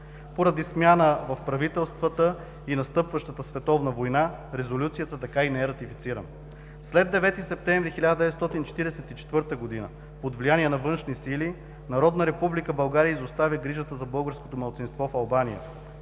Поради смяна на правителствата и настъпващата Световна война, резолюцията така и не е ратифицирана. След 9 септември 1944 г. под влияние на външни сили, Народна република България изостави грижата за българското малцинство в Албания